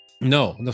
No